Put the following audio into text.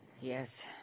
Yes